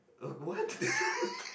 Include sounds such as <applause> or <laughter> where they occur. uh what <laughs>